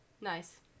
Nice